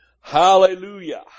Hallelujah